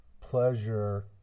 pleasure